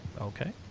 Okay